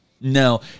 No